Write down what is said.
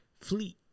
Fleet